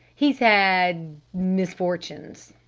he's had. misfortunes,